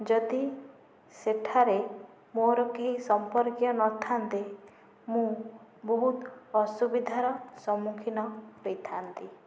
ଯଦି ସେଠାରେ ମୋର କେହି ସମ୍ପର୍କୀୟ ନଥାନ୍ତେ ମୁଁ ବହୁତ୍ ଅସୁବିଧାର ସମ୍ମୁଖୀନ ହୋଇଥାଆନ୍ତି